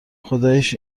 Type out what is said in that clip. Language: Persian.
خداییش